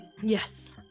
Yes